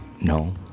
no